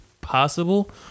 possible